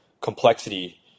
complexity